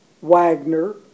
Wagner